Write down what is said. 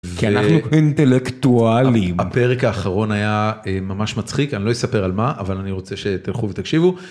כי אנחנו אינטלקטואלים הפרק האחרון היה ממש מצחיק אני לא אספר על מה אבל אני רוצה שתלכו ותקשיבו.